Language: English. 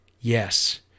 yes